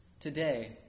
Today